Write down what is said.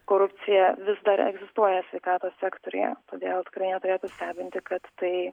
korupcija vis dar egzistuoja sveikatos sektoriuje todėl tikrai neturėtų stebinti kad tai